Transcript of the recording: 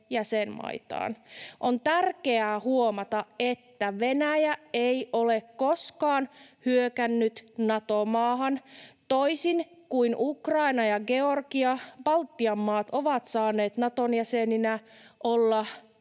On tärkeää huomata, että Venäjä ei ole koskaan hyökännyt Nato-maahan. Toisin kuin Ukraina ja Georgia, Baltian maat ovat saaneet Naton jäseninä olla